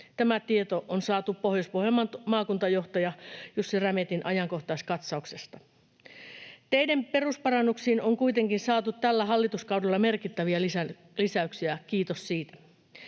Tämä tieto on saatu Pohjois-Pohjanmaan maakuntajohtaja Jussi Rämetin ajankohtaiskatsauksesta. Teiden perusparannuksiin on kuitenkin saatu tällä hallituskaudella merkittäviä lisäyksiä, kiitos siitä.